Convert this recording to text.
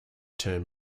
term